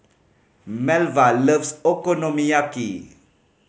Melva loves Okonomiyaki